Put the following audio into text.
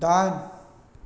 दाइन